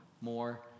more